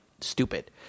stupid